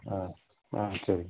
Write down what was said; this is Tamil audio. ஆ ஆ சரி